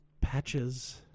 patches